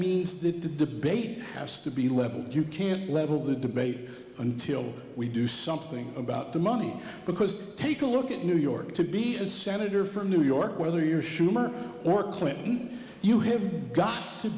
means that the debate has to be leveled you can't level the debate until we do something about the money because take a look at new york to be a senator from new york whether you're schumer or clinton you have